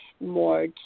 more